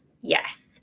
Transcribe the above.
yes